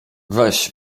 weź